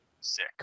sick